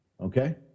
Okay